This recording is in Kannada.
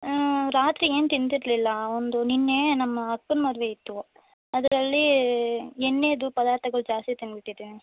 ರಾತ್ರಿ ಏನು ತಿಂದಿರಲಿಲ್ಲ ಒಂದು ನಿನ್ನೆ ನಮ್ಮ ಅಕ್ಕನ ಮದುವೆ ಇತ್ತು ಅದ್ರಲ್ಲಿ ಎಣ್ಣೆ ಪದಾರ್ಥಗಳ್ ಜಾಸ್ತಿ ತಿಂದುಬಿಟ್ಟಿದ್ದೀನಿ